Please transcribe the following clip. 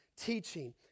Teaching